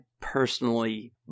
personally